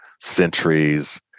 centuries